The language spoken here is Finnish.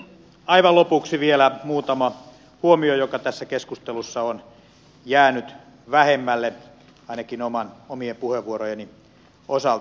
aivan lopuksi vielä muutama huomio asioista jotka tässä keskustelussa ovat jääneet vähemmälle ainakin omien puheenvuorojeni osalta